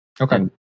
Okay